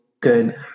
good